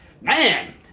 man